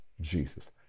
jesus